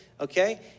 okay